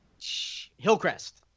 hillcrest